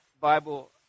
bible